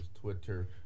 Twitter